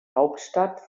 hauptstadt